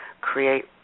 create